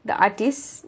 the artist